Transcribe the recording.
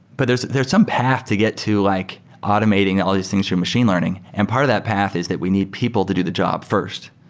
but there's there's some path to get to like automating all these things to your machine learning, and part of that path is that we need people to do the job first.